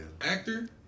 Actor